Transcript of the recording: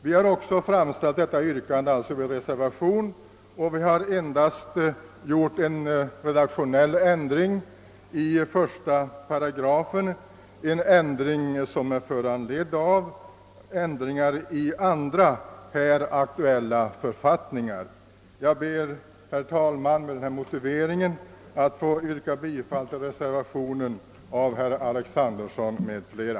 Vi har också ställt det yrkandet i reservationen, där vi endast har gjort en redaktionell ändring i 1 8, föranledd av ändringar i andra här aktuella författningar. Herr talman! Med den anförda motiveringen ber jag att få yrka bifall till reservationen av herr Alexanderson m.fl.